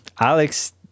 Alex